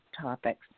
topics